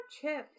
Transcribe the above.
chips